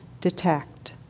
detect